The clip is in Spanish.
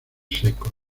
secos